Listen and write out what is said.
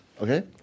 okay